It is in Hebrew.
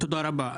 תודה רבה.